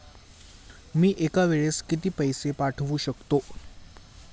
मी एका वेळेस किती पैसे पाठवू शकतो?